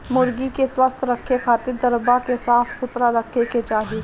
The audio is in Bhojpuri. मुर्गी के स्वस्थ रखे खातिर दरबा के साफ सुथरा रखे के चाही